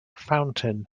fountain